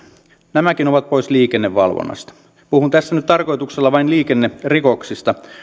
nämäkin ovat pois liikennevalvonnasta puhun tässä nyt tarkoituksella vain liikennerikoksista